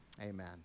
Amen